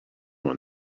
one